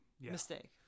Mistake